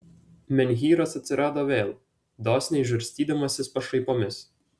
menhyras atsirado vėl dosniai žarstydamasis pašaipomis